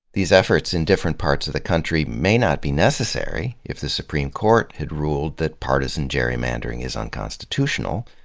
these efforts in different parts of the country may not be necessary if the supreme court had ruled that partisan gerrymandering is unconstitutional,